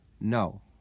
no